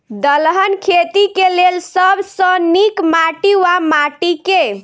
दलहन खेती केँ लेल सब सऽ नीक माटि वा माटि केँ?